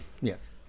Yes